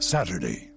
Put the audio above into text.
Saturday